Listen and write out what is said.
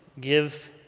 give